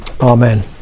Amen